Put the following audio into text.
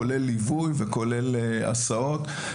כולל ליווי וכולל הסעות.